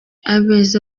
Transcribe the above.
abeza